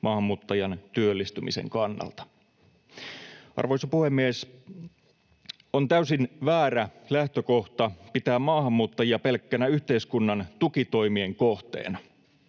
maahanmuuttajan työllistymisen kannalta. Arvoisa puhemies! On täysin väärä lähtökohta pitää maahanmuuttajia pelkkänä yhteiskunnan tukitoimien kohteena.